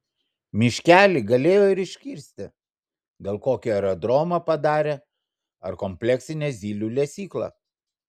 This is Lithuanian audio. miškelį galėjo ir iškirsti gal kokį aerodromą padarė ar kompleksinę zylių lesyklą